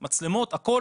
מצלמות, הכול.